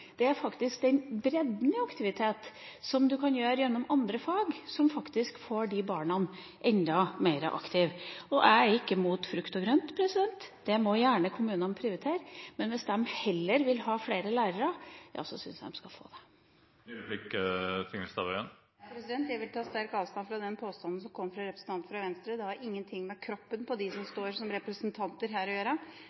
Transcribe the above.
det er den bredden i aktivitet som du kan utøve gjennom andre fag, som får de barna enda mer aktive. Jeg er ikke imot frukt og grønt. Det må gjerne kommunene prioritere, men hvis de heller vil ha flere lærere, syns jeg de skal få det. Jeg vil ta sterk avstand fra den påstanden som kom fra representanten fra Venstre. Det har ingenting med kroppen til dem som